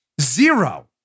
Zero